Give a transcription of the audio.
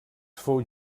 fou